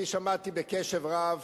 אני שמעתי בקשב רב